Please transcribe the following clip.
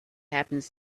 happens